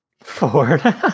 Ford